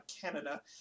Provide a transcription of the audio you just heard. Canada